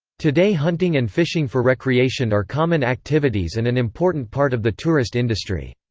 today hunting and fishing for recreation are common activities and an important part of the tourist industry.